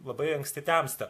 labai anksti temsta